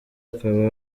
akaba